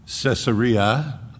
Caesarea